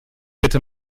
bitte